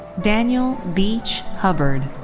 daniel beach hubbard.